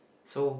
so